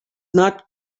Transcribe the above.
not